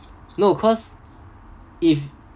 no cause if